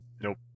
nope